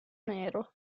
nero